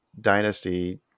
Dynasty